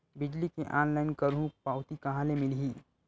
बिजली के ऑनलाइन करहु पावती कहां ले मिलही?